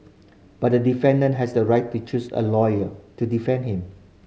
but the defendant has a right to choose a lawyer to defend him